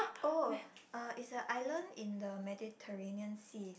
oh uh it's an island in the Mediterranean sea